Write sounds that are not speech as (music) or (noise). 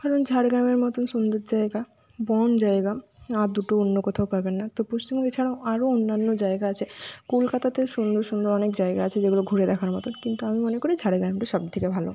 কারণ ঝাড়গ্রামের মতোন সুন্দর জায়গা (unintelligible) জায়গা আর দুটো অন্য কোথাও পাবেন না তো পশ্চিমবঙ্গ ছাড়াও আরও অন্যান্য জায়গা আছে কলকাতাতেও সুন্দর সুন্দর অনেক জায়গা আছে যেগুলো ঘুরে দেখার মতো কিন্তু আমি মনে করি ঝাড়গ্রামটা সব থেকে ভালো